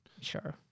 Sure